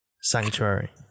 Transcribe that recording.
sanctuary